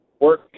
work